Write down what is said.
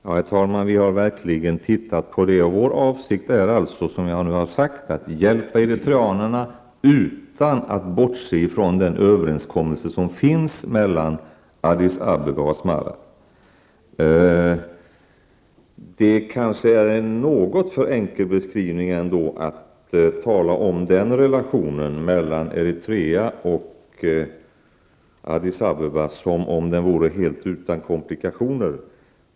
Herr talman! Vi har verkligen tittat på det. Vår avsikt är, som jag har sagt, att hjälpa eritreanerna utan att bortse från den överenskommelse som finns mellan Addis Abeba och Asmara. Det kanske är en något för enkel beskrivning att tala om relationen mellan Eritrea och Addis Abeba som om den vore helt utan komplikationer.